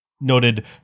Noted